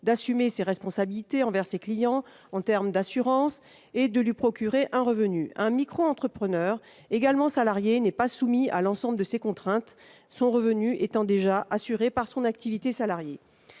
d'assumer ses responsabilités envers ses clients en termes d'assurance et de lui procurer un revenu. Un micro-entrepreneur, également salarié, n'est pas soumis à l'ensemble de ces contraintes, son revenu étant déjà assuré par son activité salariée.